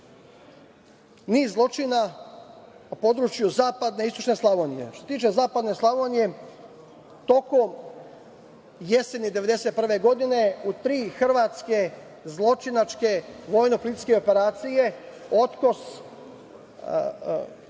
niz zločina na području zapadne i istočne Slavonije. Što se tiče zapadne Slavonije, tokom jeseni 1991. godine u tri hrvatske zločinačke vojno-policijske operacije „Otkos“,